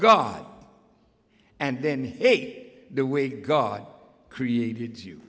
god and then hey the way god created you